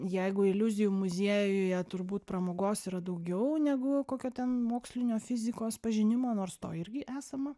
jeigu iliuzijų muziejuje turbūt pramogos yra daugiau negu kokio ten mokslinio fizikos pažinimo nors to irgi esama